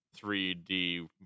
3D